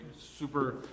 Super